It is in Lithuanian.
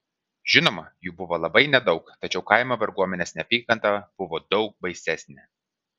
žinoma jų buvo labai nedaug tačiau kaimo varguomenės neapykanta buvo daug baisesnė